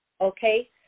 Okay